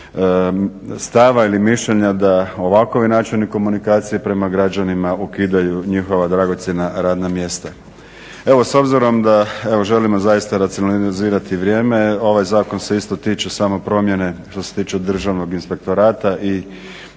stava ili mišljenja da ovakovi načini komunikacije prema građanima ukidaju njihova dragocjena radna mjesta. Evo s obzirom da evo želimo zaista racionalizirati vrijeme ovaj zakon se isto tiče samo promjene što se tiče Državnog inspektorata i